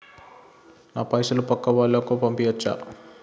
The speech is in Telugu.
నా పైసలు పక్కా వాళ్ళకు పంపియాచ్చా?